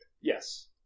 Yes